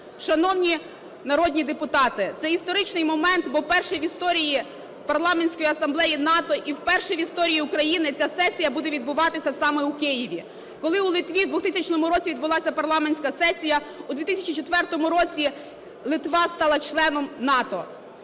Шановні народні депутати, це історичний момент, бо вперше в історії Парламентської асамблеї НАТО і вперше в історії України ця сесія буде відбуватися саме у Києві. Коли у Литві в 2000 році відбулася парламентська сесія, у 2004 році Литва стала членом НАТО.